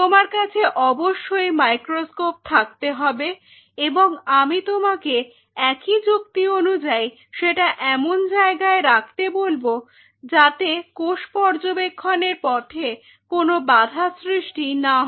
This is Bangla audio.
তোমার কাছে অবশ্যই মাইক্রোস্কোপ থাকতে হবে এবং আমি তোমাকে একই যুক্তি অনুযায়ী সেটা এমন জায়গায় রাখতে বলব যাতে কোষ পর্যবেক্ষণের পথে কোন বাধা সৃষ্টি না হয়